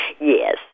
Yes